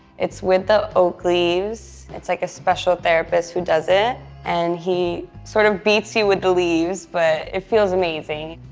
it's with the oak leaves. it's, like, a special therapist who does it, and he sort of beats you with the leaves, but it feels amazing.